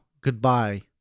Goodbye